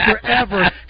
forever